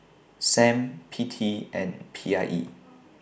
SAM P T and P I E